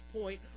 point